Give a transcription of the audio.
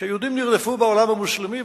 שהיהודים נרדפו בעולם המוסלמי,